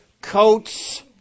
coats